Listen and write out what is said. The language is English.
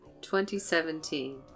2017